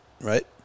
right